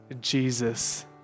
Jesus